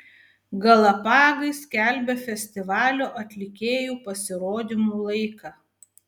galapagai skelbia festivalio atlikėjų pasirodymų laiką